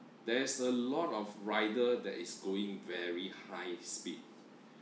there's a lot of rider that is going very high speed